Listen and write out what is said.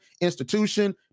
institution